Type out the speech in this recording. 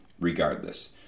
regardless